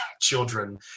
children